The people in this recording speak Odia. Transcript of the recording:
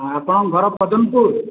ହଁ ଆପଣଙ୍କ ଘର ପଦ୍ମପୁର